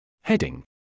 Heading